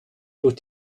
durch